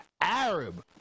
Arab